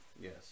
Yes